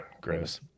gross